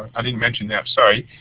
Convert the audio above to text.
i did mention that, sorry.